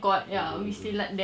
mm mm mm mm